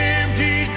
empty